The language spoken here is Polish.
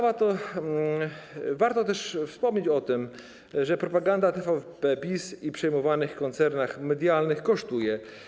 Warto też wspomnieć o tym, że propaganda w TVP PiS i przejmowanych koncernach medialnych kosztuje.